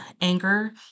anger